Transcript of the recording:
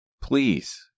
please